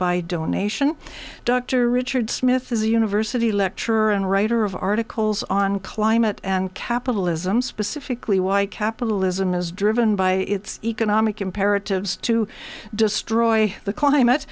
by donation dr richard smith is a university lecturer and writer of articles on climate and capitalism specifically why capitalism is driven by its economic imperatives to destroy the climate